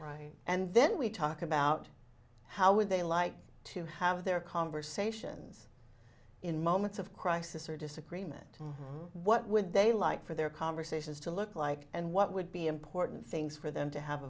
right and then we talk about how would they like to have their conversations in moments of crisis or disagreement what would they like for their conversations to look like and what would be important things for them to have